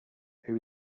who